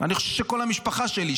ואני חושב שכל המשפחה שלי,